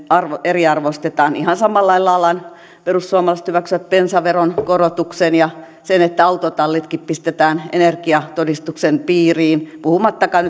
eriarvoistetaan ihan samalla laillahan perussuomalaiset hyväksyivät bensaveron korotuksen ja sen että autotallitkin pistetään energiatodistuksen piiriin puhumattakaan